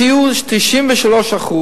הציעו 93%,